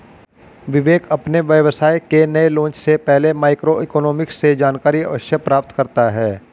विवेक अपने व्यवसाय के नए लॉन्च से पहले माइक्रो इकोनॉमिक्स से जानकारी अवश्य प्राप्त करता है